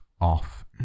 off